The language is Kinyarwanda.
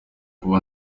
kuba